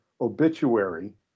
obituary